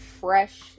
fresh